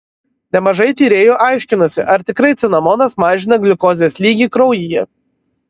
nemažai tyrėjų aiškinosi ar tikrai cinamonas mažina gliukozės lygį kraujyje